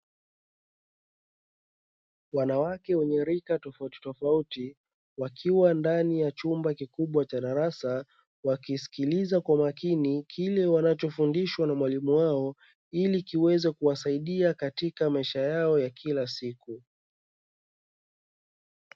wanawake wenye rika tofauti tofauti wakiwa ndani ya chumba kikubwa cha darasa, wakisikiliza kwa makini kile wanachofundishwa na mwalimu wao ili kiweze kuwasaidia katika maisha yao ya kila siku.